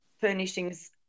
furnishings